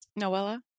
Noella